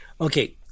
Okay